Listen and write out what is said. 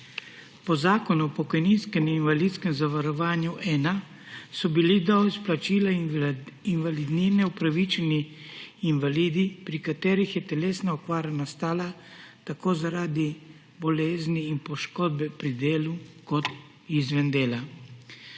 Po Zakonu o pokojninskem in invalidskem zavarovanju 1 so bili do izplačila invalidnine upravičeni invalidi, pri katerih je telesna okvara nastala tako zaradi bolezni in poškodbe pri delu kot izven dela.